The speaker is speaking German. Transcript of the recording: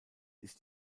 ist